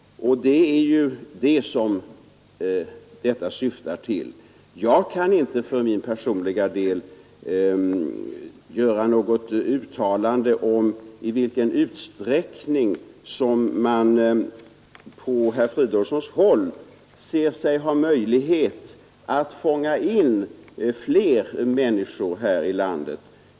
Det är vad vi syftar till. Jag kan inte för min personliga del göra något uttalande om i vilken utsträckning som man på herr Fridolfssons håll ser sig ha möjlighet att fånga in fler människor här i landet.